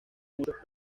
muchos